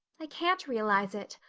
i can't realize it.